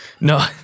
No